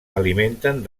alimenten